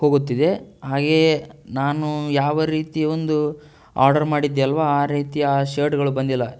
ಹೋಗುತ್ತಿದೆ ಹಾಗೆಯೇ ನಾನು ಯಾವ ರೀತಿ ಒಂದು ಆರ್ಡರ್ ಮಾಡಿದ್ದೆ ಅಲ್ವಾ ಆ ರೀತಿ ಆ ಶರ್ಟ್ಗಳು ಬಂದಿಲ್ಲ